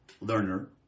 learner